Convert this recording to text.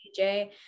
DJ